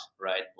right